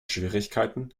schwierigkeiten